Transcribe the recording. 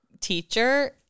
teacher